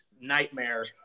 nightmare